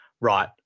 Right